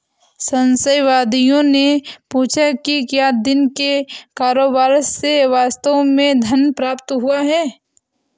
संशयवादियों ने पूछा कि क्या दिन के कारोबार से वास्तव में धन प्राप्त हुआ है